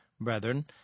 brethren